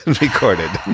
recorded